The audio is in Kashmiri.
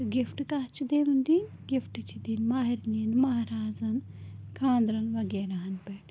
تہٕ گِفٹ کَتھ چھِ تِم دِنۍ گِفٹ چھِ دِنۍ مہرنٮ۪ن مہرازن خانٛرن وغیراہن پٮ۪ٹھ